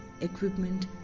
equipment